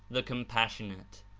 the compassionate.